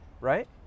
right